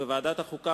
בוועדת החוקה,